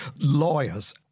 lawyers